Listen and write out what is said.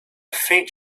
faint